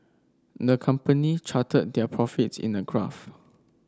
the company charted their profits in a